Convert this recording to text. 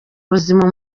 buzima